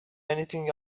anything